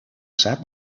sap